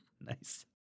Nice